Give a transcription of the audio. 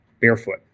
barefoot